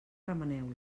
remeneu